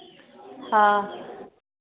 हँ